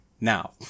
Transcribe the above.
Now